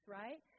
right